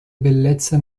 bellezze